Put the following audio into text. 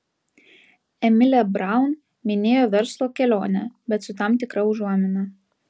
emilė braun minėjo verslo kelionę bet su tam tikra užuomina